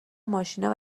ماشینا